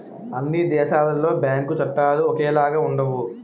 అన్ని దేశాలలో బ్యాంకు చట్టాలు ఒకేలాగా ఉండవు